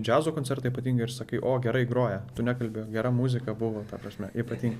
džiazo koncertą ypatingai ir sakai o gerai groja tu nekalbi gera muzika buvo ta prasme ypating